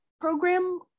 program